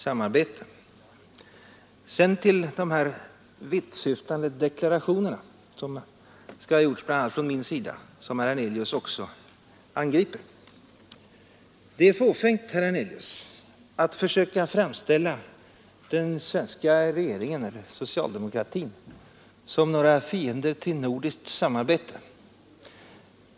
Sedan till de vittsyftande deklarationer som skulle ha gjorts av bl.a. mig och som herr Hernelius angriper. Det är fåfängt, herr Hernelius, att försöka framställa den svenska regeringen eller socialdemokratin som fiender till nordiskt samarbete.